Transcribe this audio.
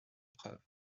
preuve